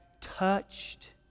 touched